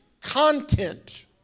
content